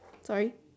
sorry